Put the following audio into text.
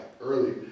early